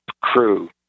crew